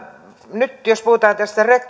nyt jos puhutaan tästä